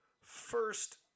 first